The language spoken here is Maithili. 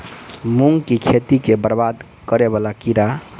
मूंग की खेती केँ बरबाद करे वला कीड़ा?